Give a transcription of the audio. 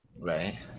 Right